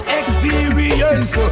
experience